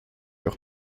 auch